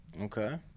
Okay